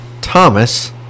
Thomas